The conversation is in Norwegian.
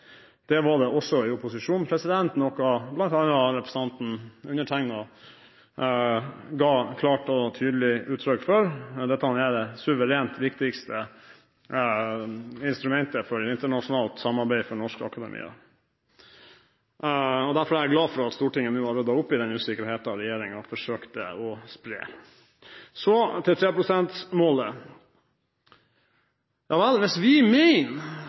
Det var det også i opposisjonen, noe bl.a. jeg ga klart og tydelig uttrykk for. Dette er det suverent viktigste instrumentet for internasjonalt samarbeid for norsk akademia. Derfor er jeg glad for at Stortinget nå har ryddet opp i den usikkerheten som regjeringen forsøkte å spre. Så til 3 pst-målet: Hvis vi mener